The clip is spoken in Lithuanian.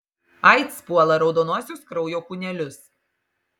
aids puola raudonuosius kraujo kūnelius